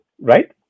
right